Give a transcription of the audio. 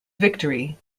victory